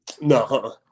No